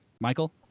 Michael